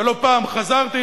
ולא פעם חזרתי,